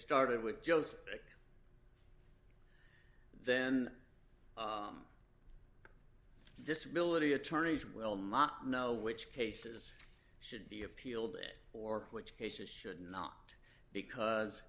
started with joe's pick then disability attorneys will not know which cases should be appealed it or which cases should not because